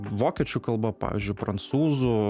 vokiečių kalba pavyzdžiui prancūzų